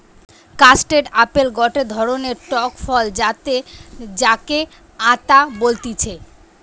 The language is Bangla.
কাস্টেড আপেল গটে ধরণের টক ফল যাতে যাকে আতা বলতিছে